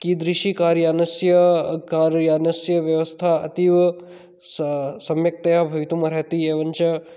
कीदृशी कार्यानस्य कार्यानस्य व्यवस्था अतीव सम् सम्यक्तया भवितुमर्हति एवञ्च